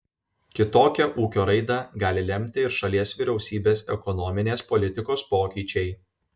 kitokią ūkio raidą gali lemti ir šalies vyriausybės ekonominės politikos pokyčiai